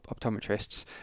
optometrists